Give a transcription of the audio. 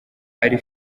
ari